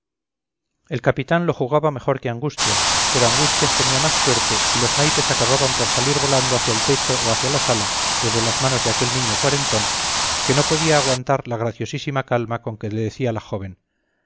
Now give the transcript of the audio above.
el capitán lo jugaba mejor que angustias pero angustias tenía más suerte y los naipes acababan por salir volando hacia el techo o hacia la sala desde las manos de aquel niño cuarentón que no podía aguantar la graciosísima calma con que le decía la joven